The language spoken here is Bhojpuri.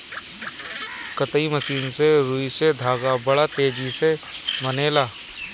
कताई मशीन से रुई से धागा बड़ा तेजी से बनेला